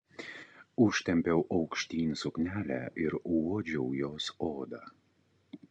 užtempiau aukštyn suknelę ir uodžiau jos odą